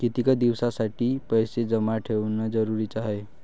कितीक दिसासाठी पैसे जमा ठेवणं जरुरीच हाय?